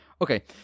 Okay